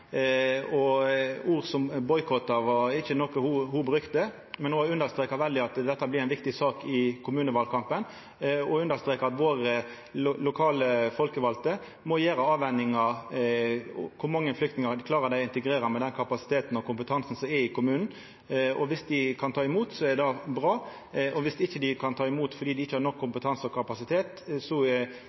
poeng. Ord som «boikotte» var ikkje noko ho brukte, men ho har understreka veldig at dette blir ei viktig sak i kommunevalkampen, og ho understreka at våre lokale folkevalde må avvege kor mange flyktningar dei klarar å integrera med den kapasiteten og kompetansen som er i kommunen. Og om dei kan ta imot, er det bra, og om dei ikkje kan ta imot fordi dei ikkje har nok kompetanse og kapasitet, så